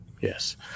yes